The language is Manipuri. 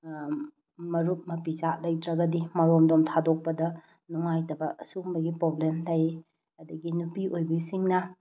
ꯃꯔꯨꯞ ꯃꯄꯤꯖꯥ ꯂꯩꯇ꯭ꯔꯒꯗꯤ ꯃꯔꯣꯝꯗꯣꯝ ꯊꯥꯗꯣꯛꯄꯗ ꯅꯨꯡꯉꯥꯏꯇꯕ ꯑꯁꯤꯒꯨꯝꯕꯒꯤ ꯄ꯭ꯔꯣꯕ꯭ꯂꯦꯝ ꯂꯩ ꯑꯗꯒꯤ ꯅꯨꯄꯤ ꯑꯣꯏꯕꯤꯁꯤꯡꯅ